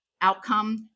outcome